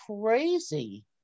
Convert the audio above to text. crazy